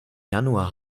januar